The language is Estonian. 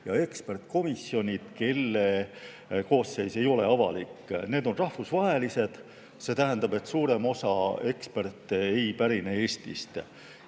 ja ekspertkomisjonid, kelle koosseis ei ole avalik. Need on rahvusvahelised. See tähendab, et suurem osa eksperte ei pärine Eestist